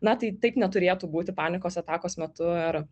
na tai taip neturėtų būti panikos atakos metu ar